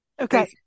okay